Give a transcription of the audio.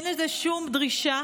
אין לזה שום דרישה.